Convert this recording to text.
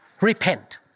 Repent